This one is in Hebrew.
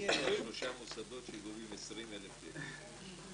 מי אלה שלושה המוסדות שגובים 20,000 שקל?